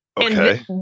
Okay